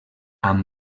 amb